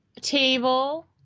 table